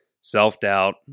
self-doubt